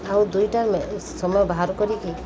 ଆଉ ଦୁଇଟା ସମୟ ବାହାର କରିକି